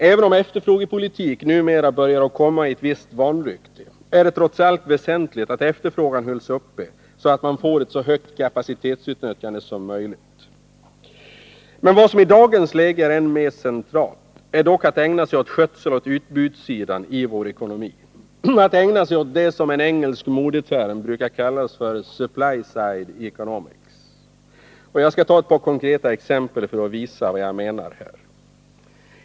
Även om efterfrågepolitik numera börjar komma i ett visst vanrykte är det trots allt väsentligt att efterfrågan hålls uppe, så att man får ett så högt kapacitetsutnyttjande som möjligt. Vad som i dagens läge är än mer centralt är dock att ägna sig åt skötseln av utbudssidan i vår ekonomi, att ägna sig åt vad som med en engelsk modeterm brukar kallas för supply-side economics. Jag skall ta ett par konkreta exempel för att visa vad jag menar.